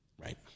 Right